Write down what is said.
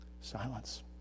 Silence